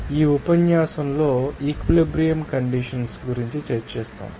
కాబట్టి ఈ ఉపన్యాసంలో ఈక్విలిబ్రియం కండిషన్స్ గురించి చర్చిస్తాము